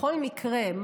בכל מקרה,